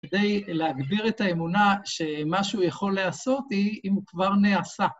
כדי להגביר את האמונה שמשהו יכול להעשות היא אם הוא כבר נעשה.